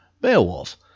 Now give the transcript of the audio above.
Beowulf